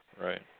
Right